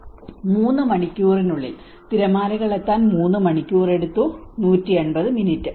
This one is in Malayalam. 3 മണിക്കൂറിനുള്ളിൽ തിരമാലകൾ എത്താൻ 3 മണിക്കൂർ എടുത്തു 180 മിനിറ്റ്